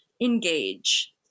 engage